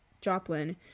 Joplin